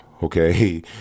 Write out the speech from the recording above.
Okay